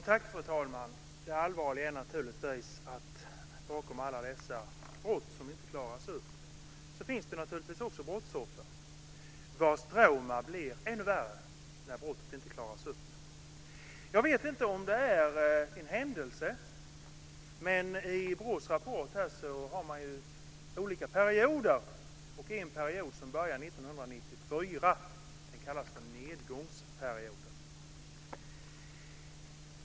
Fru talman! Det allvarliga är naturligtvis att det bakom alla de brott som inte klaras upp finns brottsoffer, vars trauma blir ännu värre när brottet inte klaras upp. I BRÅ:s rapport skriver man om olika perioder. Jag vet inte om det är en händelse, men en period, som börjar 1994, kallas för nedgångsperioden.